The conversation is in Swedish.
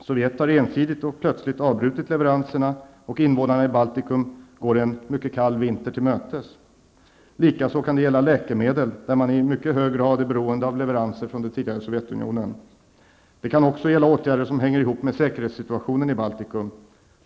Sovjet har ensidigt och plötsligt avbrutit leveranserna, och invånarna i Baltikum går en mycket kall vinter till mötes. Likaså gäller det läkemedel, där man i mycket hög grad är beroende av leveranser från det tidigare Det kan också gälla åtgärder som hänger ihop med säkerhetssituationen i Baltikum.